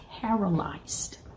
paralyzed